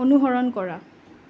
অনুসৰণ কৰা